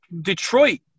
Detroit